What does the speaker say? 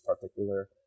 particular